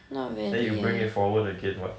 then you bring it forward again what